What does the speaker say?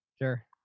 Sure